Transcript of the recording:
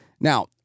Now